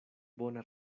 bona